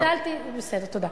תודה.